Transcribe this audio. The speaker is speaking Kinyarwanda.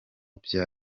bya